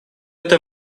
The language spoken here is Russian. это